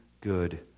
good